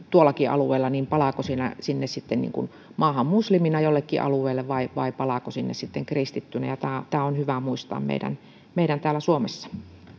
tuollakin alueella palaako sinne sitten muslimina jollekin alueelle vai vai palaako sinne kristittynä ja tämä on hyvä muistaa meidän meidän täällä suomessa